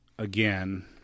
again